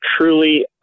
truly